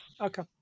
Okay